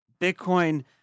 Bitcoin